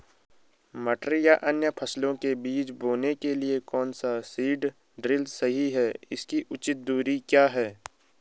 मटर या अन्य फसलों के बीज बोने के लिए कौन सा सीड ड्रील सही है इसकी उचित दूरी क्या है?